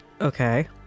Okay